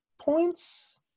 points